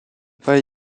pas